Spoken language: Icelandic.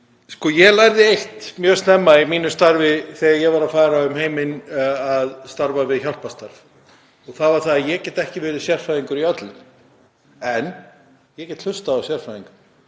Ég lærði eitt mjög snemma í mínu starfi þegar ég fór um heiminn að vinna við hjálparstarf. Það var að ég get ekki verið sérfræðingur í öllu en ég get hlustað á sérfræðinga.